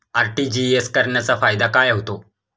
RTGS करण्याचा फायदा काय होतो?